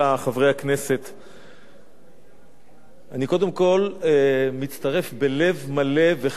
אני קודם כול מצטרף בלב מלא וחם לברכות ליושב-ראש הוועדה ולוועדה,